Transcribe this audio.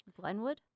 Glenwood